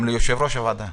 גם ליושב-ראש הוועדה.